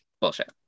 Bullshit